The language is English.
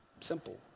Simple